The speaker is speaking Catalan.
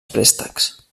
préstecs